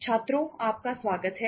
छात्रों आपका स्वागत है